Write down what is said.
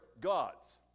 gods